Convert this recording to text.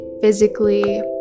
physically